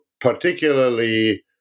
particularly